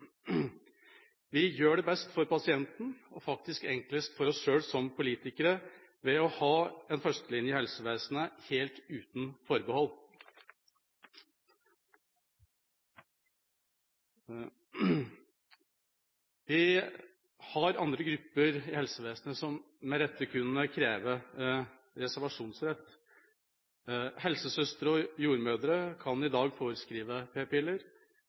Vi gjør det best for pasienten, og faktisk enklest for oss selv som politikere, ved å ha en førstelinje i helsevesenet helt uten forbehold. Vi har andre grupper i helsevesenet som med rette kunne kreve reservasjonsrett. Helsesøstre og jordmødre kan i dag foreskrive